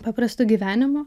paprastu gyvenimu